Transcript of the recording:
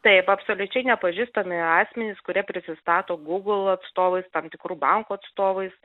taip absoliučiai nepažįstami asmenys kurie prisistato google atstovais tam tikrų bankų atstovais